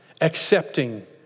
accepting